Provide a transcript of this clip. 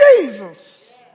Jesus